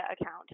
account